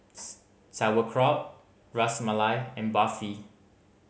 Sauerkraut Ras Malai and Barfi